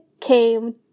came